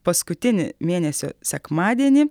paskutinį mėnesio sekmadienį